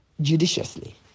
judiciously